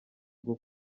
rwo